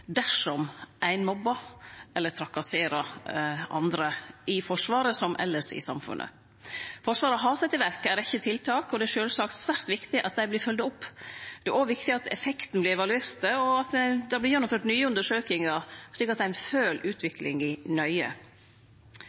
dersom ein mobbar eller trakasserer andre i Forsvaret, som elles i samfunnet. Forsvaret har sett i verk ei rekkje tiltak, og det er sjølvsagt svært viktig at dei vert følgde opp. Det er òg viktig at effekten vert evaluert, og at det vert gjennomført nye undersøkingar, slik at ein følgjer utviklinga nøye. I